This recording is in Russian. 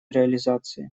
реализации